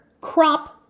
crop